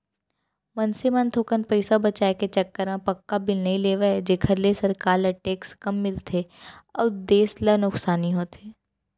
मनसे मन थोकन पइसा बचाय के चक्कर म पक्का बिल नइ लेवय जेखर ले सरकार ल टेक्स कम मिलथे अउ देस ल नुकसानी होथे